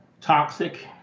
toxic